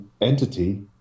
entity